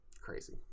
crazy